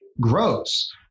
grows